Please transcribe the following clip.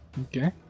Okay